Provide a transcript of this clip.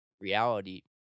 reality